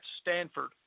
Stanford